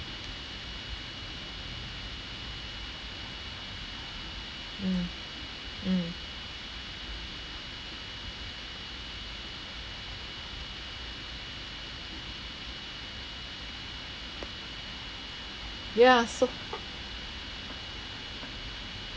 mm mm ya so